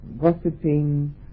gossiping